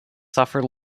suffer